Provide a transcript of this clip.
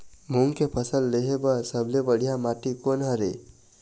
मूंग के फसल लेहे बर सबले बढ़िया माटी कोन हर ये?